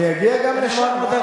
אני אגיע גם לשם.